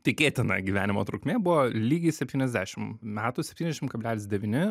tikėtina gyvenimo trukmė buvo lygiai septyniasdešim metų septyniasdešim kablelis devyni